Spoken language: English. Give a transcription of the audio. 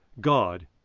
God